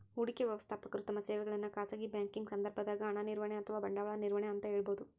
ಹೂಡಿಕೆ ವ್ಯವಸ್ಥಾಪಕರು ತಮ್ಮ ಸೇವೆಗಳನ್ನು ಖಾಸಗಿ ಬ್ಯಾಂಕಿಂಗ್ ಸಂದರ್ಭದಾಗ ಹಣ ನಿರ್ವಹಣೆ ಅಥವಾ ಬಂಡವಾಳ ನಿರ್ವಹಣೆ ಅಂತ ಹೇಳಬೋದು